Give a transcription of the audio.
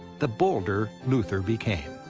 the bolder luther became.